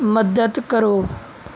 ਮਦਦ ਕਰੋ